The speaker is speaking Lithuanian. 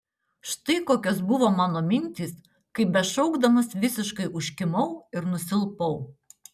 štai kokios buvo mano mintys kai bešaukdamas visiškai užkimau ir nusilpau